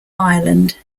ireland